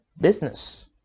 business